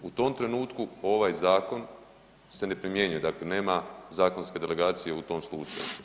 U tom trenutku ovaj zakon se ne primjenjuje dakle, nema zakonske delegacije u tom slušaju.